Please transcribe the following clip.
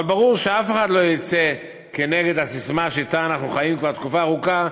אבל ברור שאף אחד לא יצא נגד הססמה שאתה אנחנו חיים כבר תקופה ארוכה,